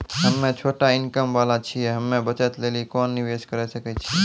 हम्मय छोटा इनकम वाला छियै, हम्मय बचत लेली कोंन निवेश करें सकय छियै?